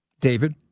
David